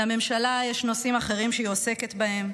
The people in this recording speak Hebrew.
לממשלה יש נושאים אחרים שהיא עוסקת בהם,